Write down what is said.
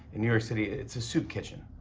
in new york city, it's a soup kitchen.